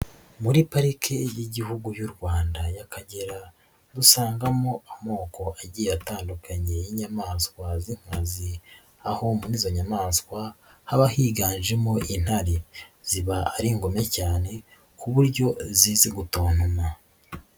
Muri Parike y'Igihugu y'u Rwanda y'Akagera dusangamo amoko agiye atandukanye y'inyamaswa z'inkazi, aho muri izo nyamaswa haba higanjemo intare, ziba ari ingome cyane ku buryo zizi gutontoma.